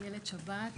אילת שבת,